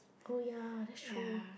oh ya that's true